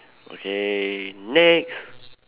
okay next